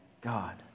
God